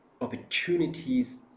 opportunities